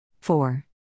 Four